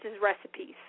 recipes